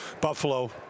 Buffalo